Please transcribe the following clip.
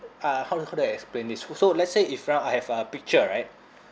uh how do how do I explain this oh so let's say in front I have a picture right